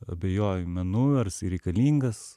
abejoju menu ar jisai reikalingas